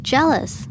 Jealous